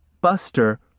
Buster